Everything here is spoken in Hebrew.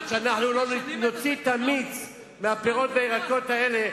עד שאנחנו לא נוציא את המיץ מהפירות והירקות האלה,